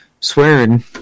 Swearing